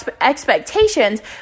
expectations